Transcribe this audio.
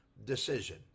decision